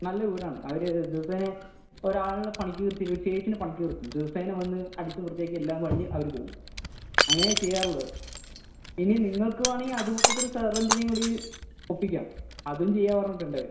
നല്ല വീടാണ് അവർ ദിവസേന ഒരാളിനെ പണിക്ക് നിർത്തിയിട്ട് ഒരു ചേച്ചീനെ പണിക്ക് നിർത്തിയിട്ടുണ്ട് ദിവസേന വന്ന് അടിച്ചും വൃത്തിയാക്കിയും എല്ലാം കഴിഞ്ഞ് അവർ പോകും അങ്ങനെയാണ് ചെയ്യാറുള്ളത് ഇനി നിങ്ങൾക്ക് വേണമെങ്കിൽ അതുപോലത്തൊരു സെർവന്റിനേയും കൂടി ഒപ്പിക്കാം അതും ചെയ്യാമെന്ന് പറഞ്ഞിട്ടുണ്ടവർ